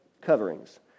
coverings